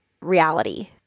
reality